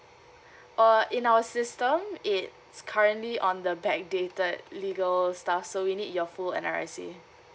oh in our system it's currently on the back dated legal stuff so we need your full N_R_I_C